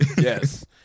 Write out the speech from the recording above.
yes